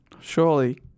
Surely